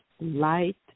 Light